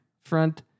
front